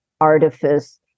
artifice